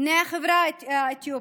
בני החברה האתיופית,